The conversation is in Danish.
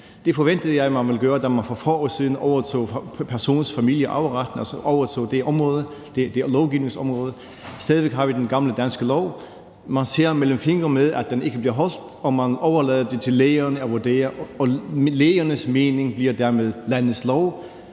Det forventede jeg at man ville gøre, da man for få år siden overtog person-, familie- og arveretten, altså overtog det lovgivningsområde. Men stadig væk har vi den gamle danske lov. Man ser gennem fingre med, at den ikke bliver overholdt, og man overlader det til lægerne at vurdere, og lægernes mening bliver dermed landets lov,